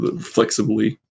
flexibly